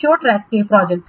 SureTrack के project